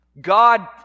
God